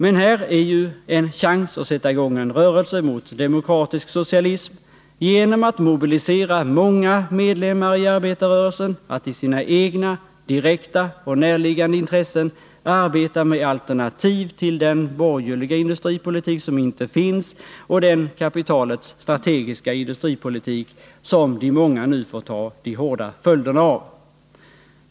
Här har vi ju en chans att sätta i gång en rörelse mot demokratisk socialism genom att mobilisera många medlemmar i arbetarrörelsen att i sina egna direkta och närliggande intressen arbeta med alternativ till den borgerliga industripolitik som inte finns och den kapitalets strategiska industripolitik som de många nu får ta de hårda följderna av.